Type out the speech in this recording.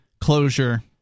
closure